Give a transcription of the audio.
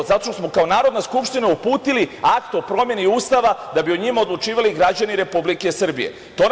Zato što smo kao Narodna skupština uputili Akt o promeni Ustava da bi o njima odlučivali građani Republike Srbije.